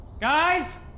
Guys